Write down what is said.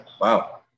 Wow